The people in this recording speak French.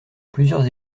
plusieurs